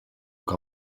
que